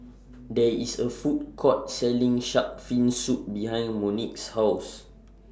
There IS A Food Court Selling Shark's Fin Soup behind Monique's House